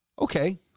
Okay